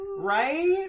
Right